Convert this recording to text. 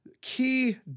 key